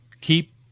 keep